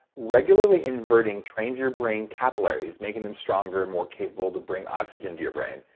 regularly inverting trains your brain capillaries, making them stronger and more capable to bring oxygen to your brain.